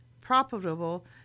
probable